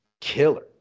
killer